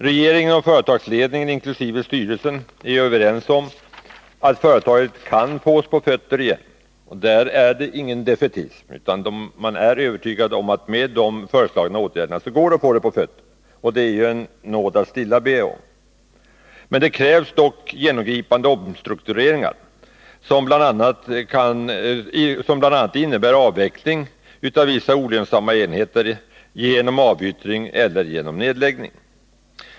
Regeringen och företagsledningen inkl. styrelsen är överens om att det är möjligt att få företaget på fötter igen. Där finns det ingen defaitism, utan man är övertygad om att med de föreslagna åtgärderna går det att få företaget på fötter, och det är ju en nåd att stilla bedja om. Det krävs dock genomgripande omstruktureringar, som bl.a. innebär avveckling av vissa olönsamma enheter genom avyttring eller genom nedläggning.